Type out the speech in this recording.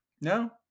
no